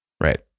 right